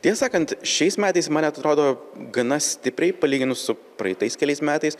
tiesa sakant šiais metais man net atrodo gana stipriai palyginus su praeitais keliais metais